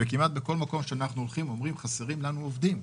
הם אומרים לנו שחסרים להם עובדים.